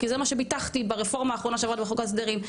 כי זה מה שביטחתי ברפורמה האחרונה שעברה בחוק ההסדרים,